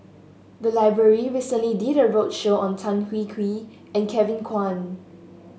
the library recently did a roadshow on Tan Hwee Hwee and Kevin Kwan